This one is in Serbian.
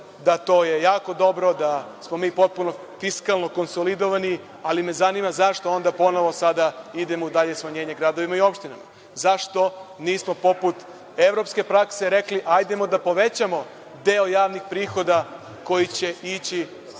da to je jako dobro, da smo mi potpuno fiskalno konsolidovani, ali me zanima zašto onda ponovo sada idemo u dalje smanjenje gradovima i opštinama? Zašto nismo poput evropske prakse rekli - hajdemo da povećamo deo javnih prihoda koji će ići na